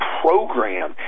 program